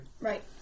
Right